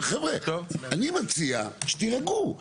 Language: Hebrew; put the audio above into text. וחבר'ה אני מציע שתירגעו,